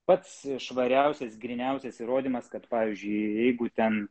pats švariausias gryniausias įrodymas kad pavyzdžiui jeigu ten